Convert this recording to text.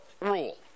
rule